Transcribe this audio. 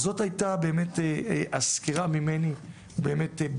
זאת הייתה באמת הסקירה ממני בקצרה,